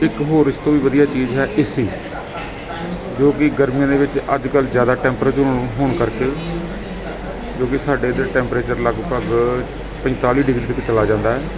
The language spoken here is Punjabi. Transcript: ਇੱਕ ਹੋਰ ਇਸ ਤੋਂ ਵੀ ਵਧੀਆ ਚੀਜ਼ ਹੈ ਏਸੀ ਜੋ ਕਿ ਗਰਮੀਆਂ ਦੇ ਵਿੱਚ ਅੱਜ ਕੱਲ੍ਹ ਜ਼ਿਆਦਾ ਟੈਂਪਰੇਚਰ ਹੋਣ ਹੋਣ ਕਰਕੇ ਜੋ ਕਿ ਸਾਡੇ ਤਾਂ ਟੈਂਪਰੇਚਰ ਲਗਭਗ ਪੰਤਾਲੀ ਡਿਗਰੀ ਤੱਕ ਚਲਾ ਜਾਂਦਾ ਹੈ